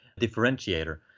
differentiator